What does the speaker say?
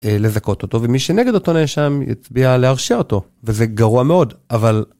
לזכות אותו, ומי שנגד אותו נאשם יצביע להרשיע אותו, וזה גרוע מאוד, אבל...